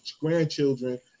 grandchildren